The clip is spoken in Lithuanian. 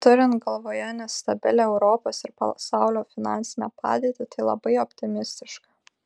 turint galvoje nestabilią europos ir pasaulio finansinę padėtį tai labai optimistiška